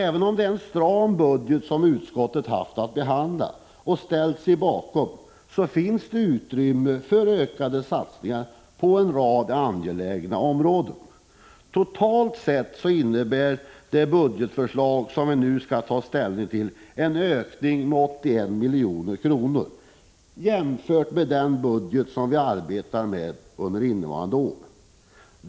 Även om det är ett stramt budgetförslag som utskottets majoritet haft att behandla och ställt sig bakom, finns det utrymme för ökade satsningar på en rad angelägna områden. Totalt innebär det budgetförslag som vi nu skall ta ställning till en ökning med 81 milj.kr. jämfört med den budget som vi arbetar med under innevarande år.